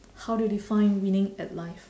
how do you define winning at life